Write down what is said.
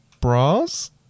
bras